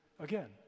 Again